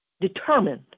determined